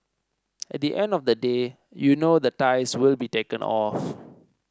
at the end of the day you know the ties will be taken off